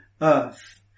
earth